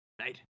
right